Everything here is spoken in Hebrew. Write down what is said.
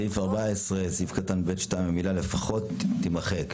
סעיף 14(ב)(2), המילה 'לפחות' תימחק.